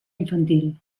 infantil